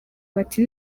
bati